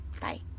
Bye